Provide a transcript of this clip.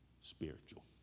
spiritual